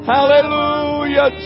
Hallelujah